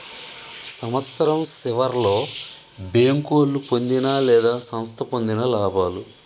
సంవత్సరం సివర్లో బేంకోలు పొందిన లేదా సంస్థ పొందిన లాభాలు